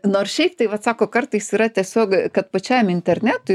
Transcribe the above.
nors šiaip tai vat sako kartais yra tiesiog kad pačiam internetui